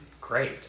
great